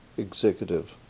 executive